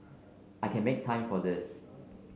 I can make time for this